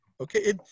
Okay